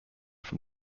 from